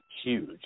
huge